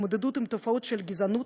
עם תופעות של גזענות,